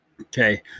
okay